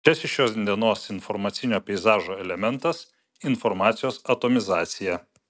trečiasis šiandienos informacinio peizažo elementas informacijos atomizacija